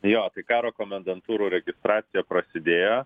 jo tai karo komendantūrų registracija prasidėjo